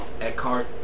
Eckhart